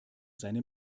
seine